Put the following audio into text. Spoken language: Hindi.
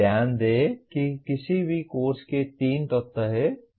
ध्यान दें कि किसी भी कोर्स के तीन तत्व हैं